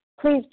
Please